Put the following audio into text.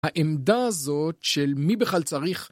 העמדה הזאת של מי בכלל צריך.